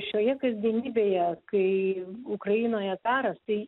šioje kasdienybėje kai ukrainoje karas tai